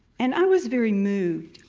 and i was very moved,